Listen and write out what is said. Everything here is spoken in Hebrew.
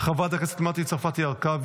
חברת הכנסת מירב בן ארי,